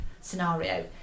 scenario